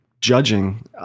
judging